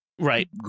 Right